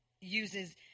uses